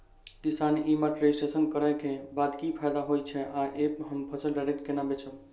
किसान e mart registration करै केँ बाद की फायदा होइ छै आ ऐप हम फसल डायरेक्ट केना बेचब?